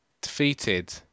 defeated